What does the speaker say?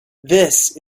this